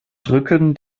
drücken